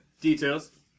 Details